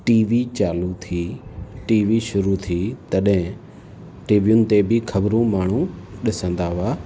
T V चालू थी T V शुरू थी तॾहिं टी वियुनि ते बि ख़बरूं माण्हू ॾिसंदा हुआ